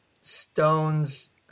Stones